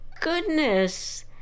goodness